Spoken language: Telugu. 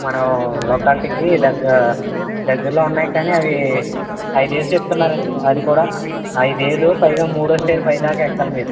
మనం లొకాలిటీకి దగ్గ దగ్గరలో ఉన్నాయి కానీ అవి ఐదు వేలు చెప్తున్నారండి అది కూడా ఐదు వేలు పైగా మూడో స్టెయిర్ పైదాకా ఎక్కాలి మీరు